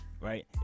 right